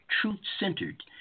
truth-centered